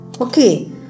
Okay